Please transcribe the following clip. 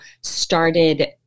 started